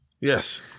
Yes